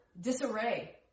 disarray